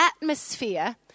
atmosphere